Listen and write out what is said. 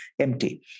empty